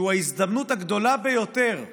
שהוא ההזדמנות הגדולה ביותר לרפורמות,